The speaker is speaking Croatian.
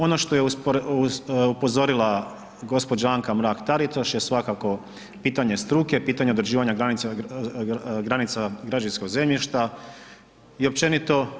Ono što je upozorila gospođa Anka Mrak Taritaš je svakako pitanje struke, pitanje određivanja granica građevinskog zemljišta i općenito.